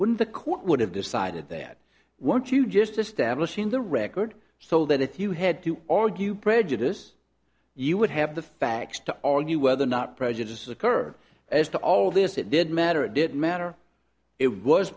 wouldn't the court would have decided that once you just establishing the record so that if you had to argue prejudice you would have the facts to argue whether or not prejudice occurred as to all this it did matter it didn't matter it was